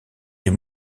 des